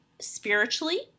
spiritually